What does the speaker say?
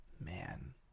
Man